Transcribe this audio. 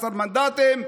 15 מנדטים,